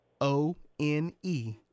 O-N-E